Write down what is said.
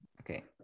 Okay